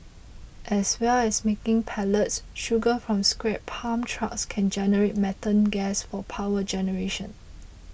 as well as making pellets sugar from scrapped palm trunks can generate methane gas for power generation